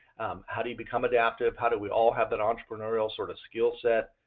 how do you become adaptive, how do we all have an entrepreneurial sort of skill set,